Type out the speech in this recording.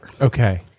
Okay